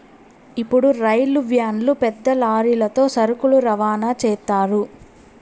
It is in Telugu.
ఇప్పుడు రైలు వ్యాన్లు పెద్ద లారీలతో సరుకులు రవాణా చేత్తారు